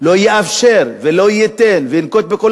שהוא לא יאפשר ולא ייתן וינקוט את כל